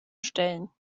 stellen